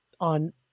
on